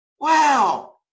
wow